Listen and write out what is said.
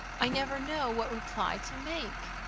i never know what reply to make.